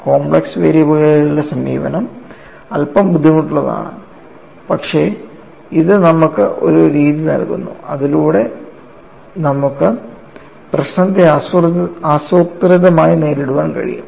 complex വേരിയബിളുകളുടെ സമീപനം അൽപ്പം ബുദ്ധിമുട്ടുള്ളതാണ് പക്ഷേ ഇത് നമുക്ക് ഒരു രീതി നൽകുന്നു അതിലൂടെ നമുക്ക് പ്രശ്നത്തെ ആസൂത്രിതമായി നേരിടാൻ കഴിയും